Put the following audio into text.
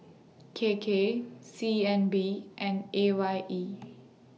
K K C N B and A Y E